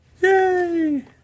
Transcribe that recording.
Yay